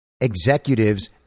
executives